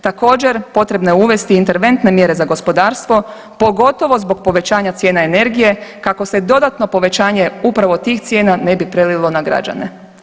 Također, potrebno je uvesti interventne mjere za gospodstvo, pogotovo zbog povećanja cijena energije kako se dodatno povećanje upravo tih cijena ne bi prelilo na građane.